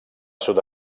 sud